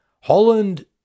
Holland